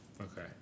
Okay